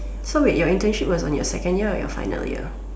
so wait your internship was on your second year or your final year